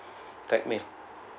treadmill